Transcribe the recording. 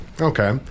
Okay